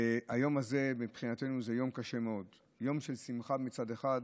היום הזה מבחינתנו זה יום קשה מאוד: יום של שמחה מצד אחד,